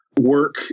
work